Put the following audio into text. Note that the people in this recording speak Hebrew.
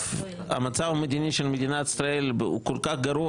המצב המדיני של מדינת ישראל הוא כל כך גרוע,